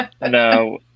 No